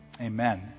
amen